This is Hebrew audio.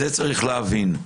זה צריך להבין.